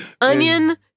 Onion